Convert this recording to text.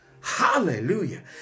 Hallelujah